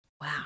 wow